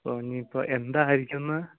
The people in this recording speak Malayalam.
അപ്പോൾ ഇനിയിപ്പോൾ എന്തായിരിക്കുമെന്ന്